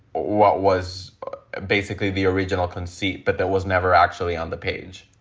what was basically the original conceit, but that was never actually on the page.